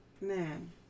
man